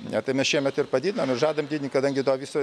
ne tai mes šiemet ir padidinom ir žadam didint kadangi to viso